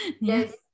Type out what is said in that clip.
Yes